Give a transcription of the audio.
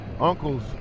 uncle's